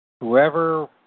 whoever